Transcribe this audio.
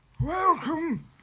Welcome